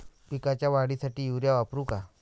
पिकाच्या वाढीसाठी युरिया वापरू का?